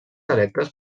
electes